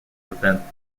prevent